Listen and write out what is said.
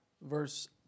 verse